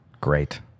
Great